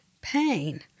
pain